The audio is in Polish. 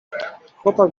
chłopak